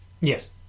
Yes